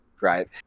Right